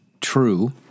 true